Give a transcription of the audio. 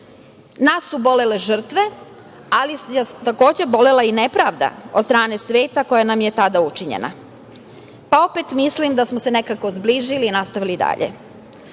Nas su bolele žrtve, ali nas je takođe bolela i nepravda od strane sveta koja nam je tada učinjena, pa opet mislim da smo se nekako zbližili i nastavili